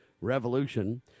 revolution